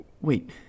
Wait